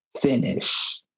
finish